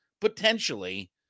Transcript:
Potentially